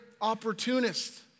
opportunists